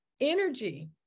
energy